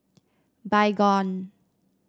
baygon